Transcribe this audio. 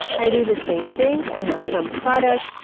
i do the same thing. i have sumproduct.